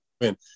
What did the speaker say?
win